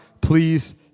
please